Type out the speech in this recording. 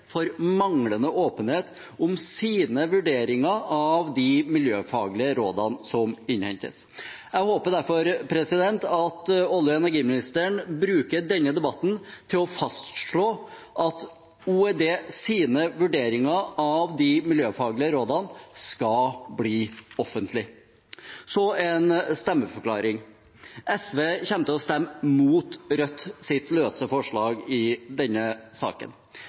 for manglende åpenhet om sine vurderinger av de miljøfaglige rådene som innhentes. Jeg håper derfor at olje- og energiministeren bruker denne debatten til å fastslå at OEDs vurderinger av de miljøfaglige rådene skal bli offentlige. Så en stemmeforklaring. SV kommer til å stemme imot Rødts løse forslag i denne saken.